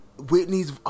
Whitney's